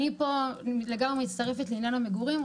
אני לגמרי מצטרפת לעניין בעיית המגורים.